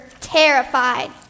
terrified